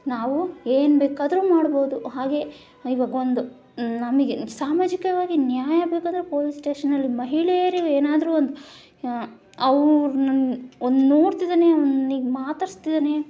ನಾವು ಏನು ಬೇಕಾದರೂ ಮಾಡ್ಬೋದು ಹಾಗೆ ಇವಾಗ ಒಂದು ನಮಗೆ ಸಾಮಾಜಿಕವಾಗಿ ನ್ಯಾಯ ಬೇಕಂದರೆ ಪೋಲೀಸ್ ಸ್ಟೇಷನಲ್ಲಿ ಮಹಿಳೆಯರಿಗೆ ಏನಾದರೂ ಒಂದು ಅವರು ನನ್ನ ಒಂದು ನೋಡ್ತಿದ್ದಾನೆ ನನಗೆ ಮಾತಾಡಿಸ್ತಿದ್ದಾನೆ